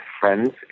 friends